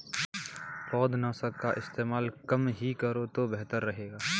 पौधनाशक का इस्तेमाल कम ही करो तो बेहतर रहेगा